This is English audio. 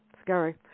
Scary